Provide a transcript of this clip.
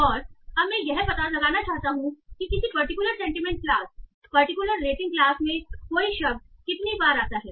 और अब मैं यह पता लगाना चाहता हूं कि किसी particular sentiment class particular rating class में कोई शब्द कितनी बार आता है